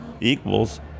equals